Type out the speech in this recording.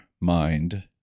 mind